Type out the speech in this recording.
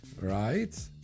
right